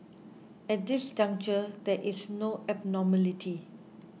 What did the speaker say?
at this juncture there is no abnormality